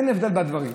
אין הבדל בדברים.